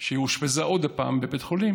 כשהיא אושפזה עוד פעם בבית חולים,